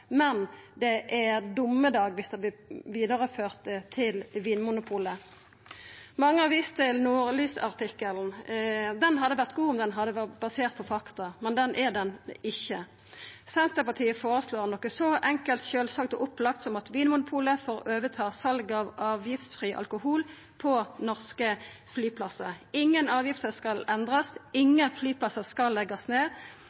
men dommedag viss han vert vidareført til Vinmonopolet? Mange har vist til Nordlys-artikkelen. Han hadde vore god dersom han hadde vore basert på fakta, men det er han ikkje. Senterpartiet føreslår noko så enkelt, sjølvsagt og opplagt som at Vinmonopolet får ta over salet av avgiftsfri alkohol på norske flyplassar. Ingen avgifter skal endrast, ingen flyplassar skal leggjast ned.